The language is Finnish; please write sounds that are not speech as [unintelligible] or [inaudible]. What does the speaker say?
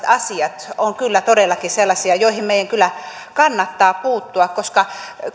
[unintelligible] asiat ovat kyllä todellakin sellaisia joihin meidän kannattaa puuttua koska